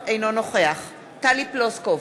אינו נוכח טלי פלוסקוב,